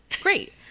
Great